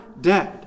dead